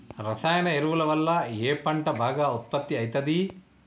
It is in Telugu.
రసాయన ఎరువుల వల్ల ఏ పంట బాగా ఉత్పత్తి అయితది?